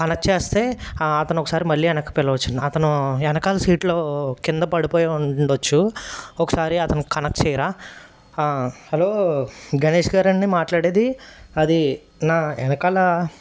connect చేస్తే అతను ఒకసారి మళ్ళీ వెనక్కి పిలవచ్చు అతను వెనకాల సీట్లో కింద పడిపోయి ఉండవచ్చు ఒకసారి అతను కనెక్ట్ చేయరా హలో గణేష్ గారా అండి మాట్లాడేది అది నా వెనకాల